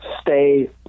stay